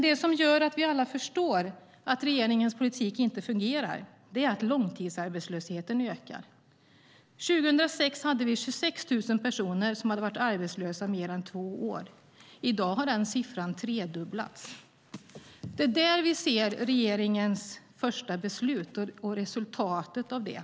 Det som gör att vi alla förstår att regeringens politik inte fungerar är att långtidsarbetslösheten ökar. År 2006 hade vi 26 000 personer som hade varit arbetslösa i mer än två år. I dag har den siffran tredubblats. Där ser vi regeringens första beslut och resultatet av det.